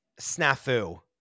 snafu